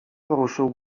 poruszył